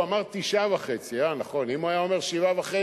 הוא אמר: 9.5%. אם הוא היה אומר 7.5%,